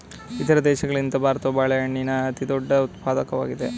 ಇತರ ದೇಶಗಳಿಗಿಂತ ಭಾರತವು ಬಾಳೆಹಣ್ಣಿನ ಅತಿದೊಡ್ಡ ಉತ್ಪಾದಕವಾಗಿದೆ